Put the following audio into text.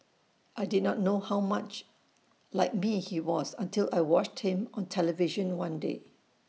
I did not know how much like me he was until I watched him on television one day